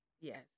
yes